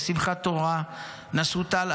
בשמחת תורה נסעו טל,